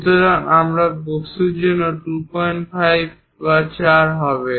সুতরাং একই বস্তুর জন্য 25 4 হবে